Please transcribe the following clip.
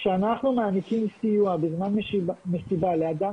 כאשר אנחנו מעניקים סיוע בזמן מסיבה לאדם